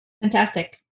Fantastic